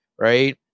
right